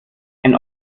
ein